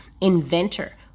inventor